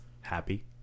happy